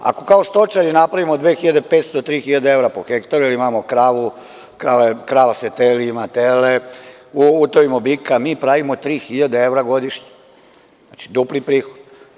Ako kao stočari napravimo 2.500 do 3.000 evra po hektaru, jer imamo kravu, krava se teli, ima tele, utovimo bika, mi imamo 3.000 evra godišnje, što znači dupli prihod.